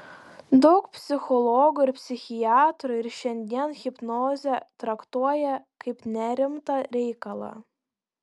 daug psichologų ir psichiatrų ir šiandien hipnozę traktuoja kaip nerimtą reikalą